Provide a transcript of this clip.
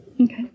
Okay